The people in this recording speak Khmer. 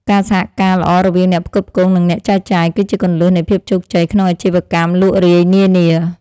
ការសហការល្អរវាងអ្នកផ្គត់ផ្គង់និងអ្នកចែកចាយ គឺជាគន្លឹះនៃភាពជោគជ័យក្នុងអាជីវកម្មលក់រាយនានា។